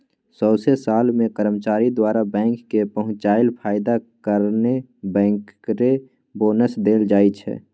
सौंसे साल मे कर्मचारी द्वारा बैंक केँ पहुँचाएल फायदा कारणेँ बैंकर बोनस देल जाइ छै